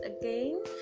again